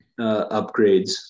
upgrades